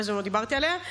הרבה זמן לא דיברתי עליה.